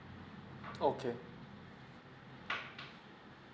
okay